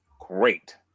great